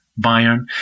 Bayern